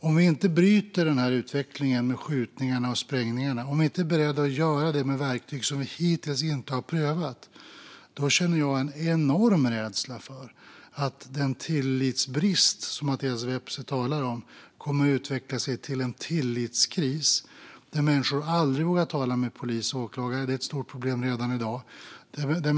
Om vi inte bryter utvecklingen med skjutningarna och sprängningarna, och inte är beredda att göra det med verktyg som vi hittills inte har prövat, känner jag en enorm rädsla för att den tillitsbrist som Mattias Vepsä talar om kommer att utveckla sig till en tillitskris där människor aldrig vågar tala med polis och åklagare. Det är redan i dag ett stort problem.